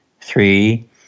three